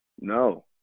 No